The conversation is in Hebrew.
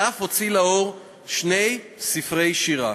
ואף הוציא לאור שני ספרי שירה.